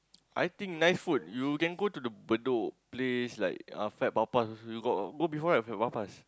I think nice food you can go to the Bedok place like uh Fat-Papas also you got go before right Fat-Papas